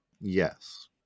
Yes